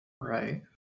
Right